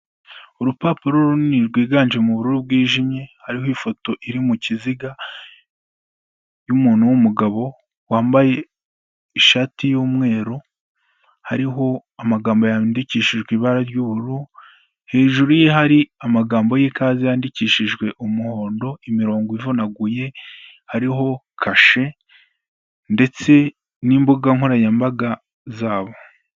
Urupapuro runini rwiganje mu bururu bwijimye, hariho ifoto iri mu kiziga y'umuntu w'umugabo wambaye ishati y'umweru. Hariho amagambo yandikishijwe ibara ry'ubururu hejuru ye hari amagambo y'ikaze yandikishijwe umuhondo, imirongo ivunaguye hariho kashe ndetse n'imbuga nkoranyambaga zabo.